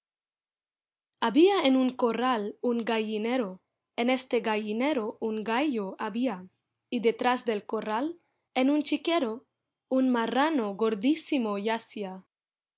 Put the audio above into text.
había en un corral un gallinero en este gallinero un gallo había y detrás del corral en un chiquero un marrano gordísimo yacía ítem más